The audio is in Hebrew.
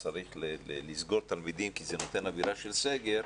צריך לסגור תלמידים כי זה נותן אווירה של סגר,